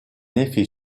effet